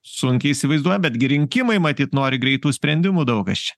sunkiai įsivaizduoja betgi rinkimai matyt nori greitų sprendimų daug kas čia